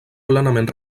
plenament